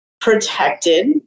protected